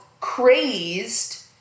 crazed